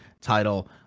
title